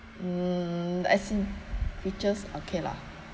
mm as in creatures okay lah